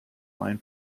line